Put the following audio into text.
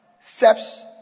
steps